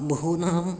बहूनाम्